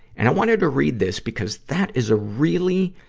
and i wanted to read this because that is a really,